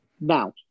Now